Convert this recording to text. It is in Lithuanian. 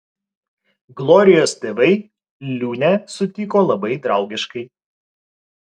glorijos tėvai liūnę sutiko labai draugiškai